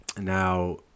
Now